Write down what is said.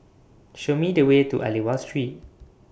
Show Me The Way to Aliwal Street